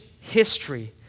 history